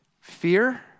fear